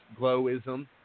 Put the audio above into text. Glowism